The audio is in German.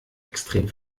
extrem